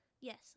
yes